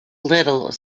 little